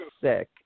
sick